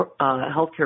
healthcare